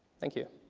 thank you.